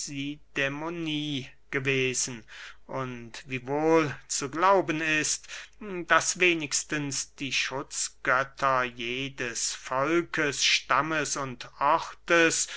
deisidämonie gewesen und wiewohl zu glauben ist daß wenigstens die schutzgötter jedes volkes stammes und ortes